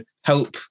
help